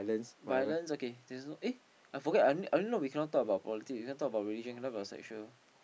violence okay there's no eh I forget I only I only know we cannot talk about politic cannot talk about religion cannot talk about sexual